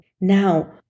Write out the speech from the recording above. Now